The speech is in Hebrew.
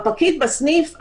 הפקיד בסניף,